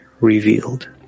revealed